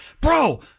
Bro